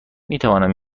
میتوانم